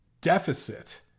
deficit